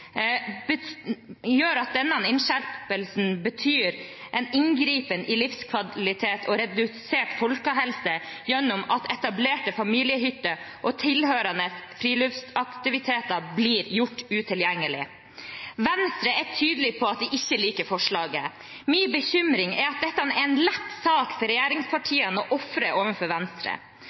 gjør at denne innskjerpelsen betyr en inngripen i livskvalitet og redusert folkehelse ved at etablerte familiehytter og tilhørende friluftsaktiviteter blir gjort utilgjengelige. Venstre er tydelig på at de ikke liker forslaget. Min bekymring er at dette er en lett sak for regjeringspartiene å ofre overfor Venstre.